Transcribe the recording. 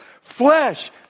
Flesh